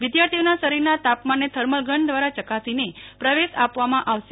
વિદાર્થીઓના શરીરના તાપમાનને thermal gun દ્વારા યકાસીને પ્રવેશ આપવામાં આવશે